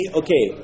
okay